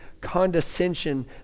condescension